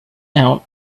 out